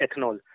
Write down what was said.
ethanol